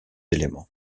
éléments